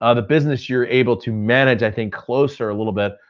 ah the business you're able to manage i think closer a little bit,